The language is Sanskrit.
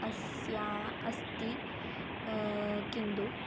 अस्य अस्ति किन्तु